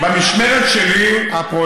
אבל מה קורה עכשיו, אדוני?